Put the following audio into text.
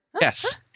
Yes